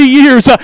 years